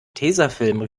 tesafilm